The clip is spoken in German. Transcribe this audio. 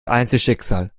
einzelschicksal